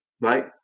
right